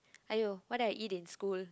!aiyo! what I eat in school